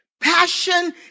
Passion